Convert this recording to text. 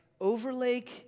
Overlake